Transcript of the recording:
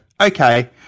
okay